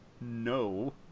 no